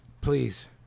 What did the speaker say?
please